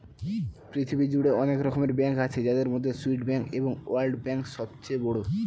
পৃথিবী জুড়ে অনেক রকমের ব্যাঙ্ক আছে যাদের মধ্যে সুইস ব্যাঙ্ক এবং ওয়ার্ল্ড ব্যাঙ্ক সবচেয়ে বড়